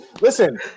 Listen